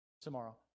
tomorrow